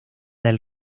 del